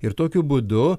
ir tokiu būdu